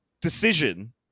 decision